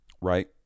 Right